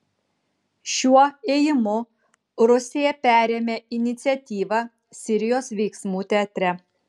šiuo ėjimu rusija perėmė iniciatyvą sirijos veiksmų teatre